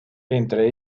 entre